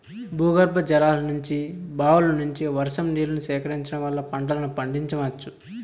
భూగర్భజలాల నుంచి, బావుల నుంచి, వర్షం నీళ్ళను సేకరించడం వల్ల పంటలను పండించవచ్చు